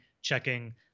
checking